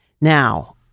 Now